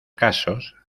casos